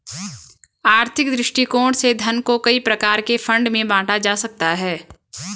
आर्थिक दृष्टिकोण से धन को कई प्रकार के फंड में बांटा जा सकता है